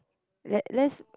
let let's